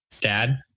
dad